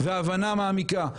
והבנה מעמיקה,